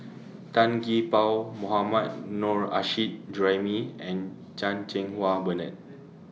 Tan Gee Paw Mohammad Nurrasyid Juraimi and Chan Cheng Wah Bernard